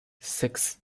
six